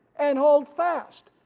and hold fast,